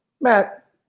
Matt